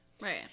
Right